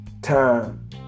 time